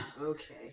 okay